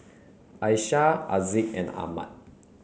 Aisyah Aziz and Ahmad